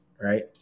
right